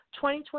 2020